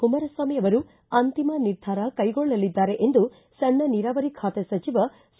ಕುಮಾರಸ್ವಾಮಿ ಅವರು ಅಂತಿಮ ನಿರ್ಧಾರ ಕೈಗೊಳ್ಳಲಿದ್ದಾರೆ ಎಂದು ಸಣ್ಣ ನೀರಾವರಿ ಖಾತೆ ಸಚಿವ ಸಿ